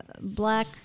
black